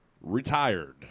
retired